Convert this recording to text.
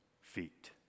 feet